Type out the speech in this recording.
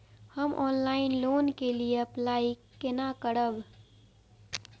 हम online loan के लिए अप्लाई केना करब?